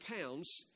pounds